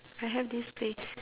I have this place